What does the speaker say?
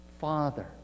Father